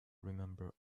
remember